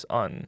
on